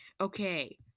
Okay